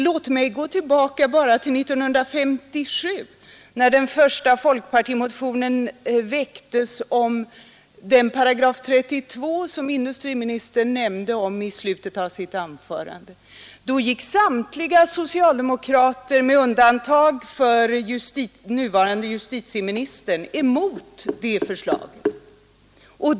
Låt mig gå tillbaka bara till 1957 när den första folkpartimotionen om paragraf 32 väcktes. Då motsatte sig samtliga socialdemokrater med undantag för nuvarande justitieministern det förslaget.